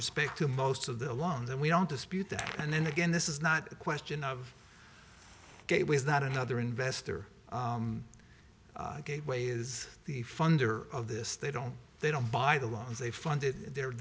respect to most of the loans and we don't dispute that and then again this is not a question of it was not another investor gateway is the funder of this they don't they don't buy the loans they funded the